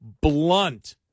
blunt